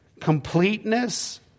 completeness